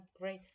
great